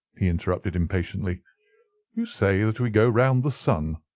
he interrupted impatiently you say that we go round the sun.